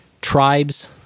tribes